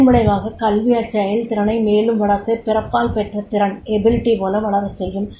இதன் விளைவாக கல்வி அச்செயல்திறனை மேலும் வளர்த்து பிறப்பால் பெற்ற திறன் போல வளரச் செய்யும்